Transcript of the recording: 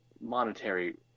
monetary